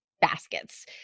baskets